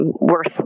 worth